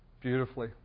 beautifully